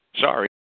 sorry